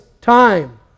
time